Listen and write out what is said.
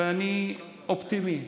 ואני אופטימי.